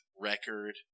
record